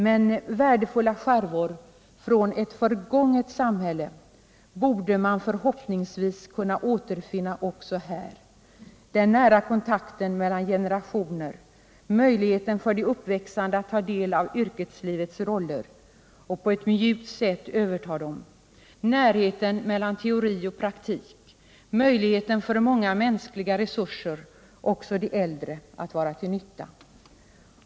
Men värdefulla skärvor från ett förgånget samhälle borde man förhoppningsvis kunna återvinna också här: den nära kontakten mellan generationer, möjligheter för de uppväxande att ta del av yrkeslivets roller och på ett mjukt sätt överta dem, närheten mellan teori och praktik, möjligheten för många mänskliga resurser, också de äldre, att vara till nytta.